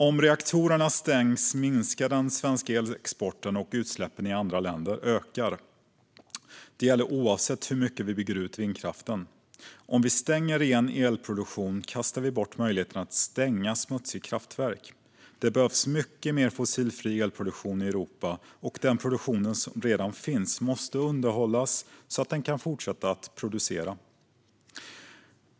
Om reaktorerna stängs minskar den svenska elexporten och utsläppen i andra länder ökar. Det gäller oavsett hur mycket vi bygger ut vindkraften. Om vi stänger ren elproduktion kastar vi bort möjligheten att stänga smutsiga kraftverk. Det behövs mycket mer fossilfri elproduktion i Europa, och den produktion som redan finns måste underhållas så att den kan fortsätta producera.